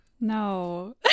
No